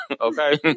okay